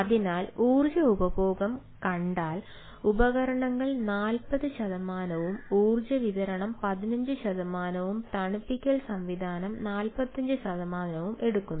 അതിനാൽ ഊർജ്ജ ഉപഭോഗം കണ്ടാൽ ഉപകരണങ്ങൾ 40 ശതമാനവും ഊർജ്ജ വിതരണം 15 ശതമാനവും തണുപ്പിക്കൽ സംവിധാനം 45 ശതമാനവും എടുക്കുന്നു